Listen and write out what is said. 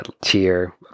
tier